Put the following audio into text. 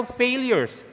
failures